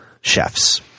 chefs